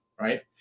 right